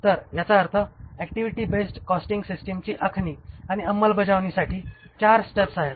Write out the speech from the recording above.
तर याचा अर्थ ऍक्टिव्हिटी बेस्ड कॉस्टिंग सिस्टमची आखणी आणि अंमलबजावणीसाठी चार स्टेप आहेत